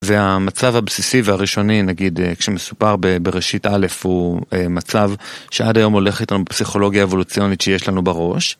זה המצב הבסיסי והראשוני נגיד כשמסופר בראשית א' הוא מצב שעד היום הולך איתנו פסיכולוגיה אבולוציונית שיש לנו בראש.